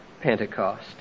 Pentecost